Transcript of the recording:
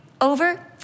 over